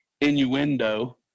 innuendo